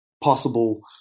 possible